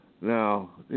Now